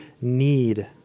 need